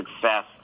success